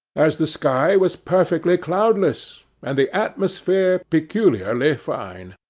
as the sky was perfectly cloudless, and the atmosphere peculiarly fine.